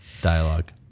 dialogue